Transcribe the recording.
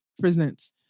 presents